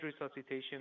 resuscitation